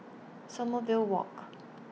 Sommerville Walk